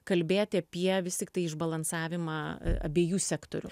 kalbėti apie vis tiktai išbalansavimą abiejų sektorių